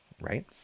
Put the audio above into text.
right